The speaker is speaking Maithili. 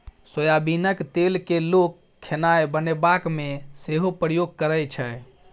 सोयाबीनक तेल केँ लोक खेनाए बनेबाक मे सेहो प्रयोग करै छै